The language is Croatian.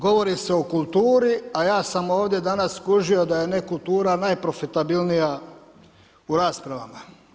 Govori se o kulturi, a ja sam ovdje danas skužio da je nekultura najprofitabilnija u raspravama.